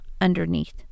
underneath